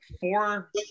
four